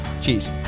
Cheers